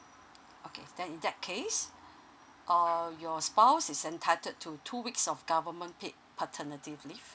okay then in that case uh your spouse is entitled to two weeks of government paid paternity leave